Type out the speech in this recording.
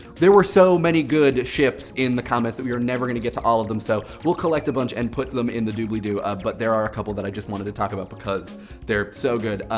there were so many good ships in the comments that we are never going to get to all of them. so we'll collect a bunch and put them in the dooblidoo. ah but there are a couple that i just wanted to talk about because they're so good.